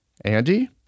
Andy